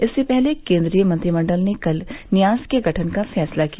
इससे पहले केन्द्रीय मंत्रिमंडल ने कल न्यास के गठन का फैसला किया